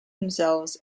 themselves